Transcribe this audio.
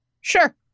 Sure